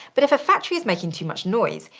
but if a factory is making too much noise,